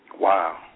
Wow